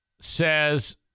says